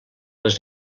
les